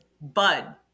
Bud